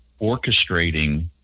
orchestrating